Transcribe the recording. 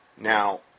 Now